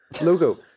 logo